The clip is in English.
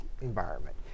environment